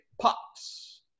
pops